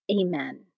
Amen